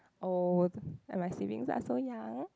old and my siblings are so young